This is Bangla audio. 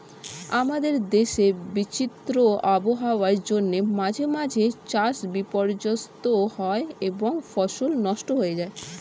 আমাদের দেশে বিচিত্র আবহাওয়ার জন্য মাঝে মাঝে চাষ বিপর্যস্ত হয় এবং ফসল নষ্ট হয়ে যায়